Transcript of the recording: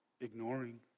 ignoring